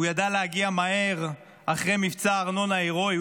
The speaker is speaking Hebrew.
הוא ידע להגיע מהר אחרי מבצע ארנון ההירואי.